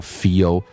feel